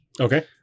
Okay